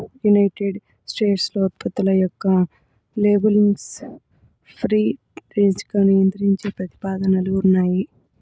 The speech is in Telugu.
యునైటెడ్ స్టేట్స్లో ఉత్పత్తుల యొక్క లేబులింగ్ను ఫ్రీ రేంజ్గా నియంత్రించే ప్రతిపాదనలు ఉన్నాయి